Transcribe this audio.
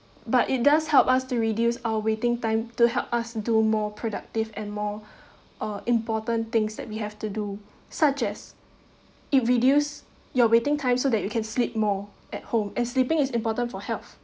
but it does help us to reduce our waiting time to help us do more productive and more uh important things that we have to do such as it reduce your waiting time so that you can sleep more at home as sleeping is important for health